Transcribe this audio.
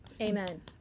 amen